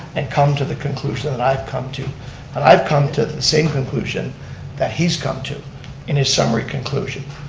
and come to the conclusion that i've come to. and i've come to the same conclusion that he's come to in his summary conclusion.